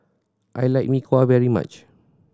I like Mee Kuah very much